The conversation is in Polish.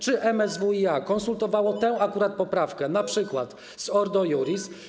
Czy MSWiA konsultowało tę akurat poprawkę np. z Ordo Iuris?